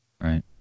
Right